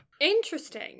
interesting